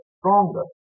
stronger